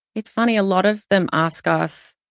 it's funny. a lot of them ask us,